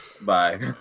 Bye